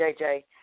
JJ